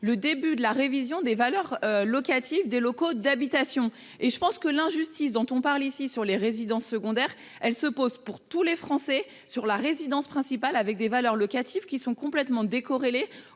Le début de la révision des valeurs locatives des locaux d'habitation et je pense que l'injustice dont on parle ici sur les résidences secondaires. Elle se pose pour tous les Français sur la résidence principale avec des valeurs locatives qui sont complètement décorrélé